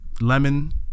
Lemon